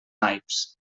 naips